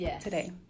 today